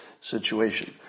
situation